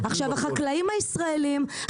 עכשיו החקלאים הישראלים,